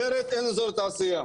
אחרת אין אזור תעשייה.